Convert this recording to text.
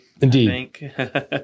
Indeed